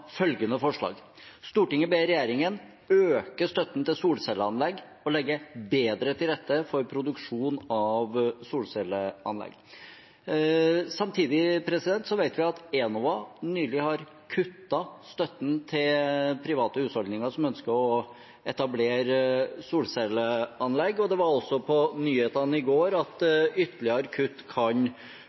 følgende forslag: «Stortinget ber regjeringen øke støtten til solcelleanlegg og legge bedre til rette for produksjon av solcelleanlegg.» Samtidig vet vi at Enova nylig har kuttet støtten til private husholdninger som ønsker å etablere solcelleanlegg, og det var også på nyhetene i går at ytterligere kutt kan